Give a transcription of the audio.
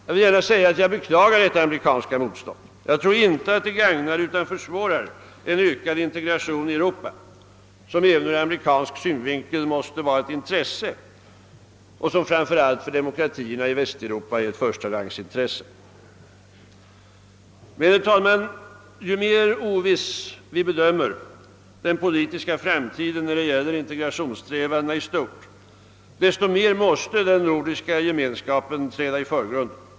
Denna amerikanska inställning gagnar inte utan försvårar ökad integration i Europa, vilken även ur amerikansk synvinkel måste vara ett intresse och för demokratierna i Västeuropa är ett förstarangsintresse. Men, herr talman, ju mer oviss vi anser den politiska framtiden vara när det gäller integrationssträvandena i stort, desto mer måste den nordiska gemenskapen träda i förgrunden.